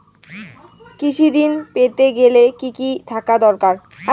কৃষিঋণ পেতে গেলে কি কি থাকা দরকার?